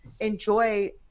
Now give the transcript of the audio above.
enjoy